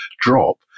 drop